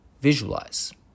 visualize